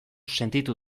sentitu